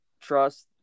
trust